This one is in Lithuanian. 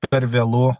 per vėlu